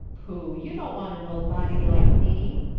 pooh! you don't want an old body like me,